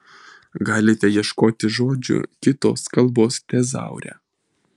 galite ieškoti žodžių kitos kalbos tezaure